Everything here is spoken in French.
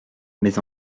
mais